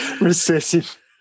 Recessive